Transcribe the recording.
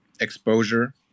exposure